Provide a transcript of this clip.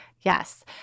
Yes